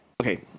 Okay